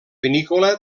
vinícola